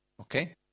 Okay